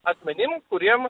asmenim kuriem